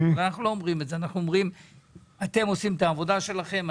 אנחנו אומרים שאתם עושים את העבודה שלכם,